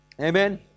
amen